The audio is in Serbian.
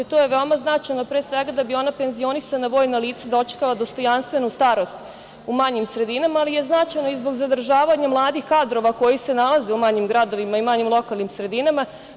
To je veoma značajno, pre svega da bi penzionisana vojna lica dočekala dostojanstvenu starost u manjim sredinama, ali je značajno i zbog zadržavanja mladih kadrova koji se nalaze u manjim gradovima i manjim lokalnim sredinama.